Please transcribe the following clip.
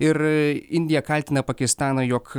ir indija kaltina pakistaną jog